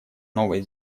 новой